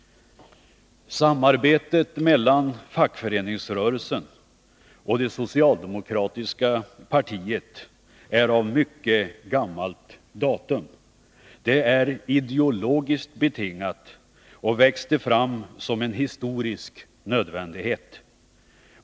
Samarbetet mellan fackföreningsrörelsen och det socialdemokratiska partiet är av mycket gammalt datum. Det är ideologiskt betingat, och det växte fram som en historisk nödvändighet.